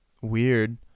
weird